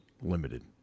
limited